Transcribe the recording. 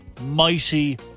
mighty